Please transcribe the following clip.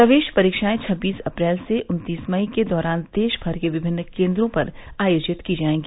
प्रवेश परीक्षाएं छब्बीस अप्रैल से उन्तीस मई के दौरान देशभर के विमिन्न केंद्रों पर आयोजित की जाएगी